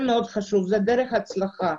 האינטגרציה היא הדרך להצלחה.